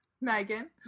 Megan